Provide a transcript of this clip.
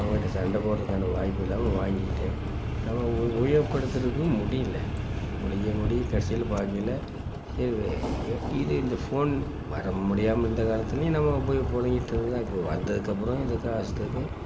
அவங்கிட்ட சண்டை போடுறதுக்கான வாய்ப்பு இல்லாமல் வாங்கிகிட்டேன் நம்ம உ உபயோகப்படுத்துகிறதுக்கும் முடியல முடிஞ்ச முடிய கடைசியில் பார்க்கையில இது இந்த ஃபோன் வர முடியாமல் இருந்த காலத்துலேயும் நம்ம உபயோ புழங்கிட்டு தான் இப்போது வந்ததுக்கு அப்புறம் இது காஸ்ட்டுக்கு